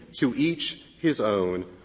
to each his own,